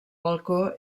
balcó